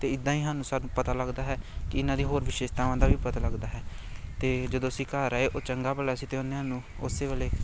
ਅਤੇ ਇੱਦਾਂ ਹੀ ਹਾਨੂੰ ਸਾਨੂੰ ਪਤਾ ਲੱਗਦਾ ਹੈ ਕਿ ਇਹਨਾਂ ਦੀ ਹੋਰ ਵਿਸ਼ੇਸ਼ਤਾਵਾਂ ਦਾ ਵੀ ਪਤਾ ਲੱਗਦਾ ਹੈ ਅਤੇ ਜਦੋਂ ਅਸੀਂ ਘਰ ਆਏ ਉਹ ਚੰਗਾ ਭਲਾ ਸੀ ਅਤੇ ਉਹਨੇ ਹਾਨੂੰ ਉਸੇ ਵੇਲੇ